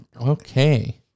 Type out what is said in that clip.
Okay